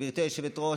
גברתי היושבת-ראש,